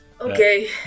Okay